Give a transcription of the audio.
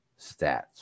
stats